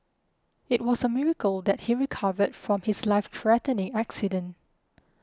it was a miracle that he recovered from his life threatening accident